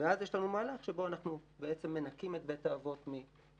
ואז יש לנו מהלך שבו אנחנו בעצם מנקים את בית האבות מהתפרצות.